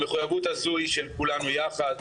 המחויבות הזו היא של כולנו יחד,